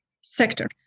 sector